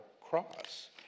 cross